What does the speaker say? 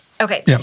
Okay